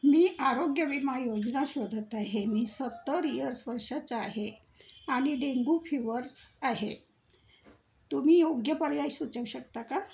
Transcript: मी आरोग्य विमा योजना शोधत आहे मी सत्तर इयर्स वर्षांचा आहे आणि डेंगू फीवर्स आहे तुम्ही योग्य पर्याय सुचवू शकता का